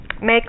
Make